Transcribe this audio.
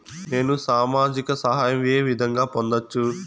నేను సామాజిక సహాయం వే విధంగా పొందొచ్చు?